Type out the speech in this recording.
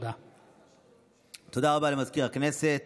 מאת חבר הכנסת